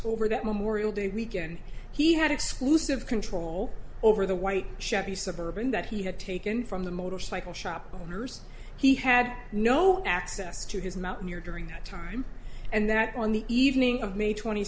over that memorial day weekend he had exclusive control over the white chevy suburban that he had taken from the motorcycle shop owners he had no access to his mountaineer during that time and that on the evening of may twenty